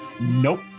Nope